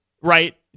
Right